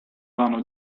vano